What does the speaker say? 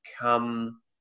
come